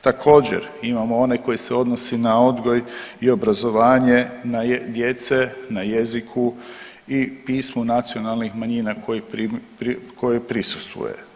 Također, imamo onaj koji se odnosi na odgoj i obrazovanje na djece na jeziku i pismu nacionalnih manjina koje prisustvuje.